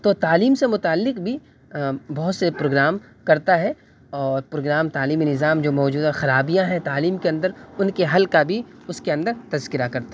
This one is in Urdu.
تو تعلیم سے متعلق بھی بہت سے پروگرام کرتا ہے اور پروگرام تعلیمی نظام جو موجودہ خرابیاں ہیں تعلیم کے اندر ان کے حل کا بھی اس کے اندر تذکرہ کرتا